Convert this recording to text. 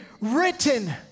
written